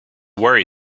worry